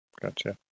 Gotcha